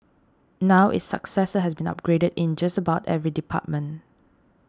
now its successor has been upgraded in just about every department